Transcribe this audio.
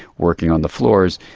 working on the floors.